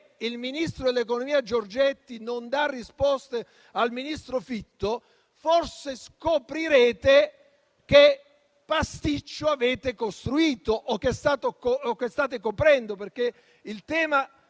il ministro dell'economia Giorgetti non dà risposte al ministro Fitto, allora forse scoprirete il pasticcio che avete costruito o che state coprendo. Il tema